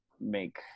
make